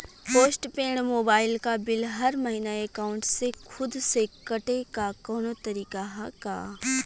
Post paid mobile क bill हर महिना एकाउंट से खुद से कटे क कौनो तरीका ह का?